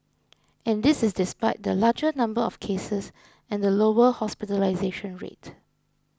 and this is despite the larger number of cases and the lower hospitalisation rate